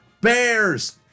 Bears